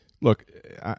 Look